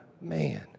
man